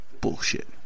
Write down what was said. Bullshit